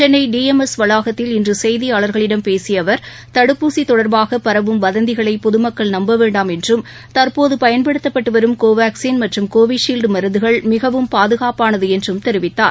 சென்னைடிஎம்எஸ் வளாகத்தில் இன்றுசெய்தியாளர்களிடம் பேசியஅவர் தடுப்பூசிதொடர்பாக பரவும் வதந்திகளைபொதுமக்கள் நம்பவேண்டாம் என்றும் தற்போதுபயன்படுத்தப்பட்டுவரும் கோவாக்ஸின் மற்றும் கோவிஷீல்ட் மருந்துகள் மிகவும் பாதுகாப்பானதுஎன்றும் தெரிவித்தார்